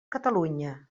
catalunya